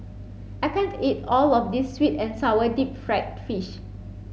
I can't eat all of this sweet and sour deep fried fish